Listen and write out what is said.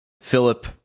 Philip